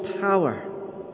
power